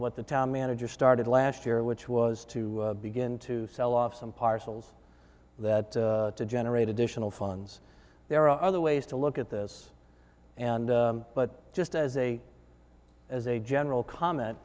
what the town manager started last year which was to begin to sell off some parcels that to generate additional funds there are other ways to look at this and but just as a as a general comment